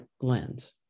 lens